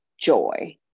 joy